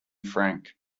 frank